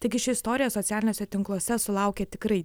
taigi ši istorija socialiniuose tinkluose sulaukė tikrai